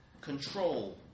control